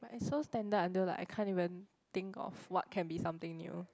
it's so standard until I can't even think of what can be something new